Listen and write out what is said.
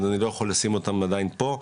אני לא יכול לשים אותם עדיין פה.